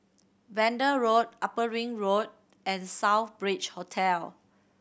Vanda Road Upper Ring Road and Southbridge Hotel